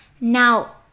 Now